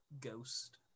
Ghost